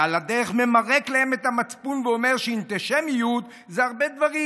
ועל הדרך ממרק להם את המצפון ואומר שאנטישמיות זה המון דברים,